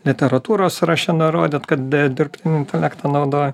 literatūros sąraše nurodyt kad dirbtinį intelektą naudojo